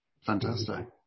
fantastic